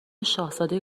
شاهزاده